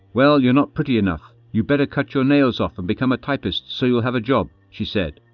well, you're not pretty enough you better cut your nails off and become a typist so you'll have a job she said.